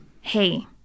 hey